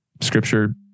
scripture